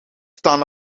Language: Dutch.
staan